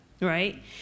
right